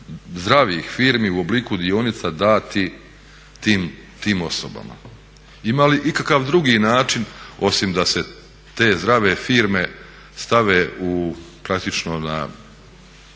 zdravih firmi u obliku dionica dati tim osobama. Ima li ikakav drugi način osim da se te zdrave firme stave u praktično na